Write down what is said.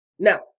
Now